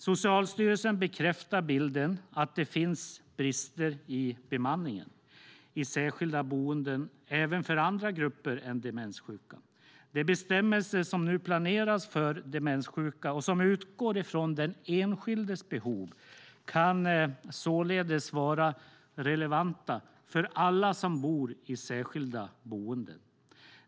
Socialstyrelsen bekräftar bilden att det finns brister i bemanningen i särskilda boenden även för andra grupper än demenssjuka. De bestämmelser som nu planeras för demenssjuka, och som utgår från den enskildes behov, kan således vara relevanta för alla som bor i särskilda boenden.